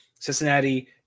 Cincinnati